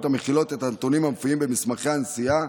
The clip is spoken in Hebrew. המכילות את הנתונים המופיעים במסמכי הנסיעה